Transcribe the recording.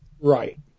Right